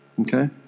Okay